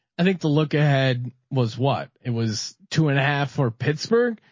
i think the look ahead was what it was two and a half for pittsburgh.